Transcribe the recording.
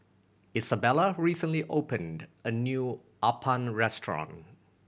Izabella recently opened a new appam restaurant